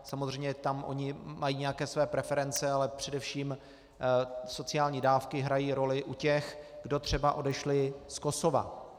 Samozřejmě tam oni mají nějaké své preference, ale především sociální dávky hrají roli u těch, kdo třeba odešli z Kosova.